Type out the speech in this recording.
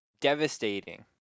devastating